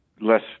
less